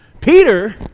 Peter